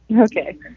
Okay